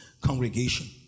congregation